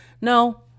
No